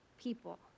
people